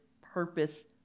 purpose